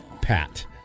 pat